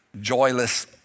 joyless